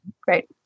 Great